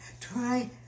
try